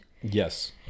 Yes